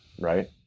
right